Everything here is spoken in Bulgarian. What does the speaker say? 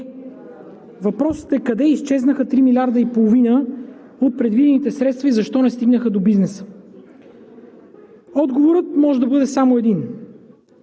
въпросът е къде изчезнаха 3,5 милиарда от предвидените средства и защо не стигнаха до бизнеса? Отговорът може да бъде само един